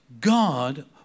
God